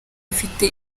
afite